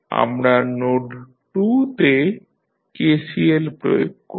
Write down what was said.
আমরা নোড 2 তে KCL প্রয়োগ করব